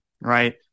right